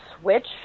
switch